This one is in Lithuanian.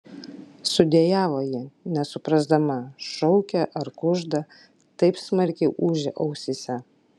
sudejavo ji nesuprasdama šaukia ar kužda taip smarkiai ūžė ausyse